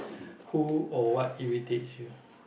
who or what irritates you